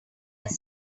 are